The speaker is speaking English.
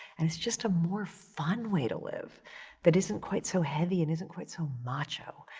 and it's just a more fun way to live that isn't quite so heavy and isn't quite so macho.